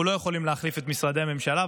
אנחנו לא יכולים להחליף את משרדי הממשלה,